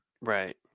Right